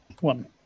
one